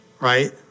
right